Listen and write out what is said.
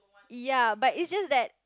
ya but it's just that